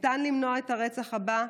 ניתן למנוע את הרצח הבא,